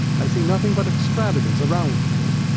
i see nothing but extravagance around me.